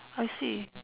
I see